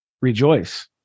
rejoice